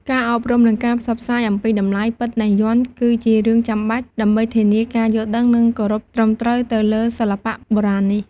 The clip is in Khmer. ការអប់រំ និងការផ្សព្វផ្សាយអំពីតម្លៃពិតនៃយ័ន្ត គឺជារឿងចាំបាច់ ដើម្បីធានាការយល់ដឹងនិងគោរពត្រឹមត្រូវទៅលើសិល្បៈបុរាណនេះ។